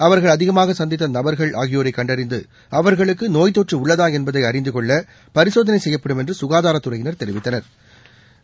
அவர்கள் அதிகமாக சந்தித்த நபர்கள் ஆகியோரை கண்டறிந்து அவர்களுக்கு நோப்த்தொற்று உள்ளதா என்பதை அறிந்து கொள்ள பரிசோதனை செய்யப்படும் என்று சுகாதாரத்துறையினா் தெரிவித்தனா்